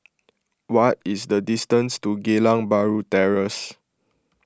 what is the distance to Geylang Bahru Terrace